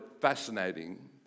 fascinating